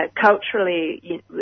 Culturally